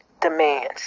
demands